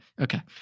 Okay